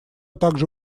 также